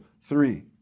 three